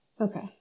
Okay